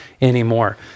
anymore